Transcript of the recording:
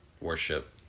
worship